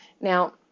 Now